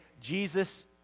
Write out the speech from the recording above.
Jesus